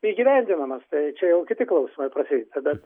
įgyvendinamas tai čia jau kiti klausimai prasideda